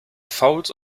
fouls